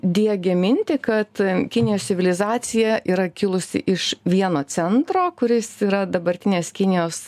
diegė mintį kad kinijos civilizacija yra kilusi iš vieno centro kuris yra dabartinės kinijos